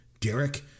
Derek